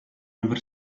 never